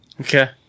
Okay